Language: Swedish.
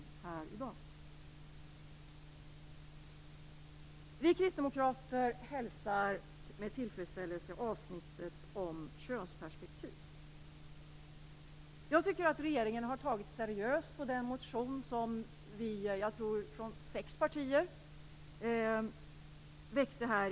Vi kristdemokrater hälsar avsnittet om könsperspektiv med tillfredsställelse. Regeringen har behandlat den motion som väcktes tidigare av fyra partier seriöst.